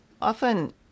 often